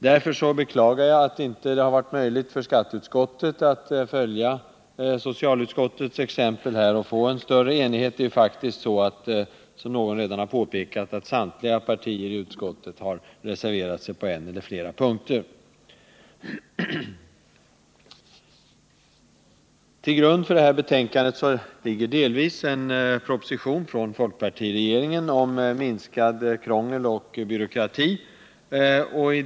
Därför beklagar jag att det inte var möjligt för skatteutskottet att följa socialutskottets exempel och nå en större enighet; det är faktiskt så, som någon redan påpekat, att samtliga partier i utskottet har reserverat sig på en eller flera punkter. Till grund för detta betänkande ligger delvis en proposition från folkpartiregeringen om åtgärder mot krångel och byråkrati.